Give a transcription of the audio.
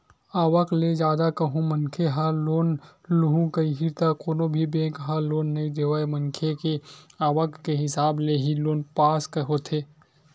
आवक ले जादा कहूं मनखे ह लोन लुहूं कइही त कोनो भी बेंक ह लोन नइ देवय मनखे के आवक के हिसाब ले ही लोन पास होथे